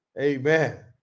Amen